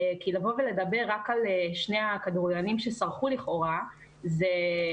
כי לבוא ולדבר רק על שני הכדורגלנים שסרחו לכאורה זה,